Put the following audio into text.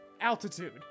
altitude